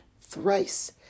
thrice